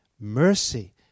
mercy